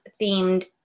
themed